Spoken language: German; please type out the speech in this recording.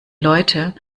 leute